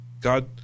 God